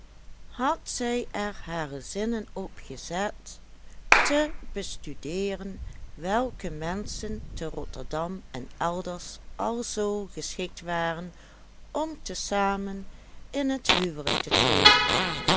had zij er hare zinnen op gezet te bestudeeren welke menschen te rotterdam en elders alzoo geschikt waren om tezamen in het huwelijk te treden